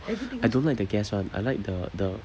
I don't like the gas [one] I like the the